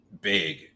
big